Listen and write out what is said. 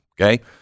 Okay